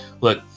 Look